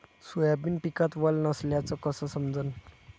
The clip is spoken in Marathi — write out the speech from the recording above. सोयाबीन पिकात वल नसल्याचं कस समजन?